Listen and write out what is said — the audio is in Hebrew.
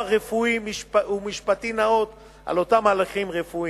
רפואי ומשפטי נאות על אותם מהלכים רפואיים.